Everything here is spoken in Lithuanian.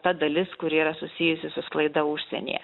ta dalis kuri yra susijusi su sklaida užsienyje